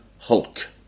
Hulk